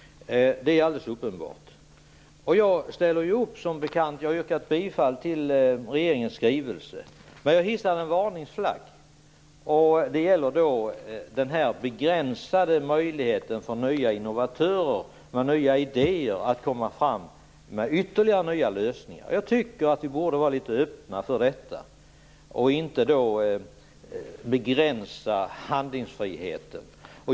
Som bekant har jag yrkat bifall till regeringens skrivelse. Men jag hissar en varningsflagg för den begränsade möjligheten för nya innovatörer, som har nya idéer, att komma fram med förslag till ytterligare nya lösningar. Jag tycker att vi borde vara litet öppna för dessa och inte begränsa handlingsfriheten.